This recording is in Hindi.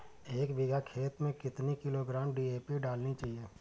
एक बीघा खेत में कितनी किलोग्राम डी.ए.पी डालनी चाहिए?